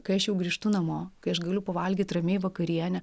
kai aš jau grįžtu namo kai aš galiu pavalgyt ramiai vakarienę